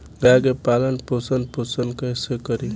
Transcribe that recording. गाय के पालन पोषण पोषण कैसे करी?